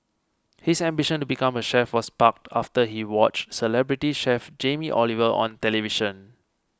his ambition to become a chef was sparked after he watched celebrity chef Jamie Oliver on television